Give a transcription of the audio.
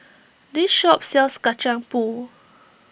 this shop sells Kacang Pool